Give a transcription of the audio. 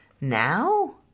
Now